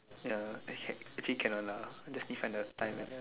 ya I check actually can one lah just need find the time and